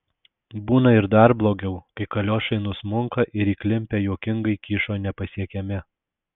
būna ir dar blogiau kai kaliošai nusmunka ir įklimpę juokingai kyšo nepasiekiami